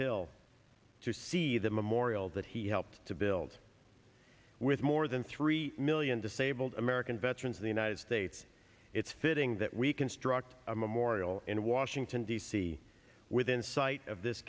hill to see the memorial that he helped to build with more than three million disabled american veterans of the united states it's fitting that we construct a memorial in washington d c within sight of this